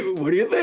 what do you like